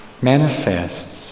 manifests